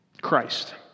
Christ